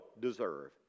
deserve